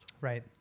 Right